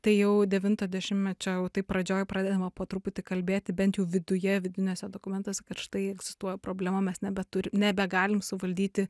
tai jau devinto dešimtmečio jau taip pradžioj pradedama po truputį kalbėti bent jau viduje vidiniuose dokumentuose kad štai egzistuoja problema mes nebeturi nebegalim suvaldyti